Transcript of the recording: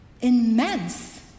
immense